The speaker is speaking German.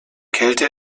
kälte